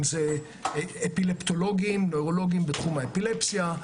אם זה אפילפטולוגים ואורולוגים בתחום האפילפסיה,